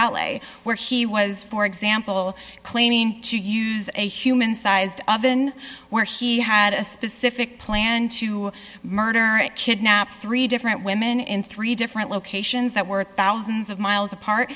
t where he was for example claiming to use a human sized been where he had a specific plan to murder kidnap three different women in three different locations that were thousands of miles apart